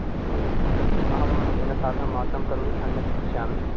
अस्तु अहं तेन सार्धं वार्तां करोमि अन्यत् पश्यामि